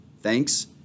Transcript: Thanks